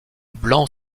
blanc